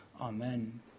Amen